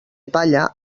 palla